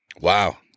Wow